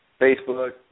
Facebook